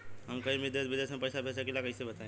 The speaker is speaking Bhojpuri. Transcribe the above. हम कहीं भी देश विदेश में पैसा भेज सकीला कईसे बताई?